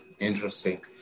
Interesting